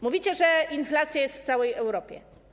Mówicie, że inflacja jest w całej Europie.